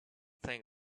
think